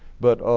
but,